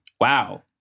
Wow